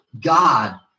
God